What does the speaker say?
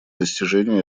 достижения